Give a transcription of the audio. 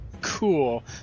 Cool